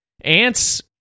Ants